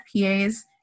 PA's